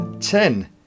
ten